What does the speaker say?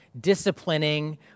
disciplining